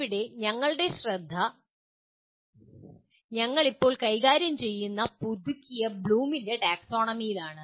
ഇവിടെ ഞങ്ങളുടെ ശ്രദ്ധ ഞങ്ങൾ ഇപ്പോൾ കൈകാര്യം ചെയ്യുന്ന പുതുക്കിയ ബ്ലൂമിന്റെ ടാക്സോണമിയിലാണ്